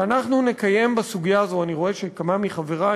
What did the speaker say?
שאנחנו נקיים בסוגיה הזאת, אני רואה שכמה מחברי